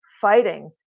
fighting